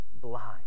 blind